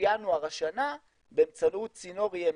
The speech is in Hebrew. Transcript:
מינואר השנה באמצעות צינור EMG,